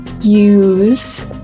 use